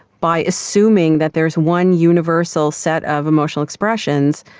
by assuming that there is one universal set of emotional expressions,